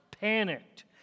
panicked